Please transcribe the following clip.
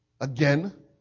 Again